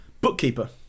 bookkeeper